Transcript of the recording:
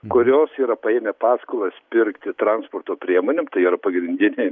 kurios yra paėmę paskolas pirkti transporto priemonėm tai yra pagrindinė